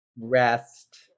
rest